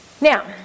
Now